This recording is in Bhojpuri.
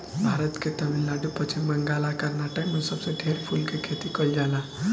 भारत के तमिलनाडु, पश्चिम बंगाल आ कर्नाटक में सबसे ढेर फूल के खेती कईल जाला